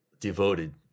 devoted